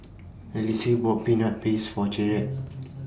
Alison bought Peanut Paste For Garrett